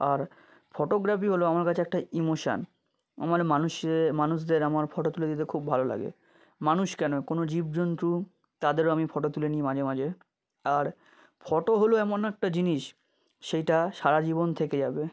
আর photography হলো আমার কাছে একটা ইমোশান আমার মানুষের মানুষদের আমার ফটো তুলে দিতে খুব ভালো লাগে মানুষ কেন কোনো জীবজন্তু তাদেরও আমি ফটো তুলে নিই মাঝে মাঝে আর ফটো হলো এমন একটা জিনিস সেইটা সারা জীবন থেকে যাবে